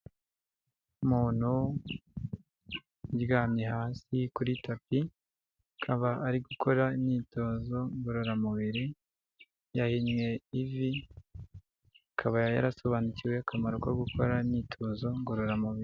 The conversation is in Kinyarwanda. Umuntu uryamye hasi kuri tapi, akaba ari gukora imyitozo ngororamubiri, yahinnye ivi, akaba yarasobanukiwe akamaro ko gukora imyitozo ngororamubiri.